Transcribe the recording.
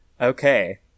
okay